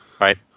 Right